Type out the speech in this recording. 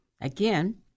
Again